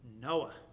Noah